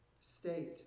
state